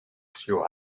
show